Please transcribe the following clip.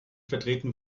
vertreten